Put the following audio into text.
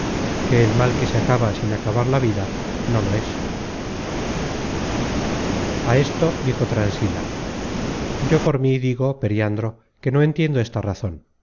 que el mal que se acaba sin acabar la vida no lo es a esto dijo transila yo por mí digo periandro que no entiendo esa razon